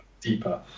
deeper